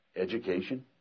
education